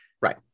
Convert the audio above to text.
Right